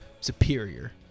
superior